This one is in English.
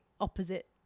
opposite